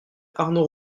arnaud